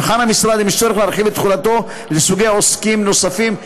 יבחן המשרד אם יש צורך להרחיב את תחולתו לסוגי עוסקים נוספים.